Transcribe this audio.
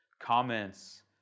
comments